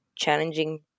challenging